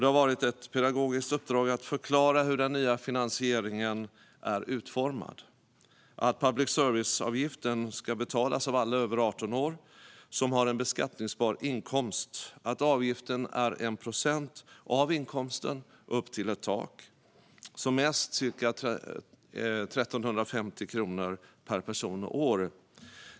Det har varit ett pedagogiskt uppdrag att förklara hur den nya finansieringen är utformad: att public service-avgiften ska betalas av alla över 18 år som har en beskattningsbar inkomst och att avgiften är 1 procent av inkomsten upp till ett tak, som mest ca 1 350 kronor per person och år.